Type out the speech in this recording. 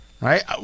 Right